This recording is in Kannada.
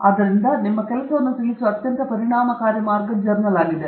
ಆದ್ದರಿಂದ ಇದು ನಿಮ್ಮ ಕೆಲಸವನ್ನು ತಿಳಿಸುವ ಅತ್ಯಂತ ಪರಿಣಾಮಕಾರಿ ಮಾರ್ಗವಾಗಿದೆ